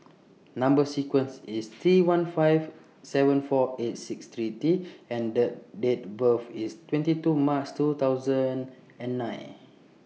Number sequence IS T one five seven four eight six three T and Date Date of birth IS twenty two March two thousand and nine